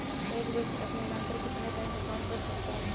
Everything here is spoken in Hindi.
एक व्यक्ति अपने नाम पर कितने बैंक अकाउंट रख सकता है?